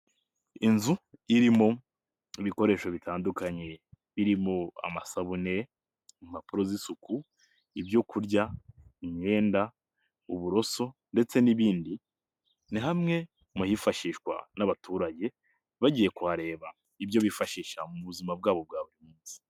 Inzu irimo ibikoresho bitandukanye, birimo amasabune, impapuro z'isuku, ibyo kurya, imyenda, uburoso ndetse n'ibindi, ni hamwe mu hifashishwa n'abaturage, bagiye kuhareba, ibyo bifashisha mu buzima bwabo bwa buri munsi.